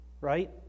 right